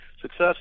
Success